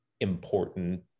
important